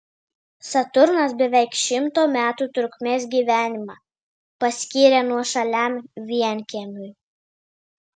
saturnas beveik šimto metų trukmės gyvenimą paskyrė nuošaliam vienkiemiui